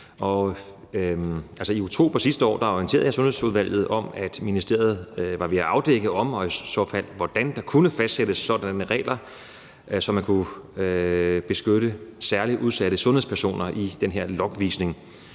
i oktober sidste år orienterede jeg Sundhedsudvalget om, at ministeriet var ved at afdække, om og i så fald hvordan der kunne fastsættes sådanne regler, så man kunne beskytte særligt udsatte sundhedspersoner i den her logvisning.